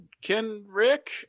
Kenrick